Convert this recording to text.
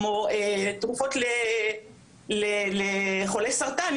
כמו תרופות לחולי סרטן,